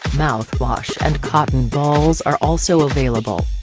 mouthwash and cotton balls are also available.